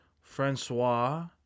Francois